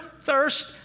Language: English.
thirst